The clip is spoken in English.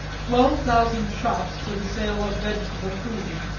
twelve thousand shops for the sale of vegetable food,